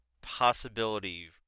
possibility